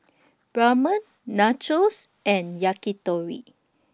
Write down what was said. Ramen Nachos and Yakitori